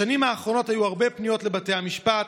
בשנים האחרונות היו הרבה פניות לבתי המשפט,